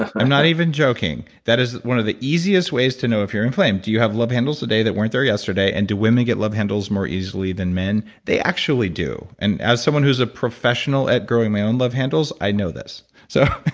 i'm not even joking. that is one of the easiest ways to know if you're inflamed. do you have love handles today that weren't there yesterday? and do women get love handles more easily than men? they actually do. and as someone who's a professional at growing my own love handles, i know this. so